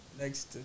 next